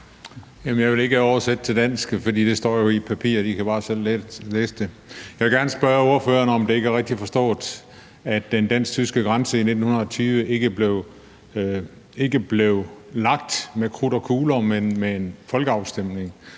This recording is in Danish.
jeg vil ikke oversætte det til dansk, for det står jo i papiret, så I kan bare selv læse det. Jeg vil gerne spørge ordføreren, om det ikke er rigtigt forstået, at den dansk-tyske grænse i 1920 ikke blev lagt med krudt og kugler, men med en folkeafstemning.